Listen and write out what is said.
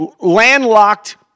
landlocked